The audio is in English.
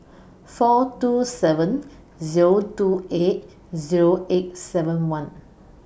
four two seven Zero two eight Zero eight seven one